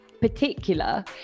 particular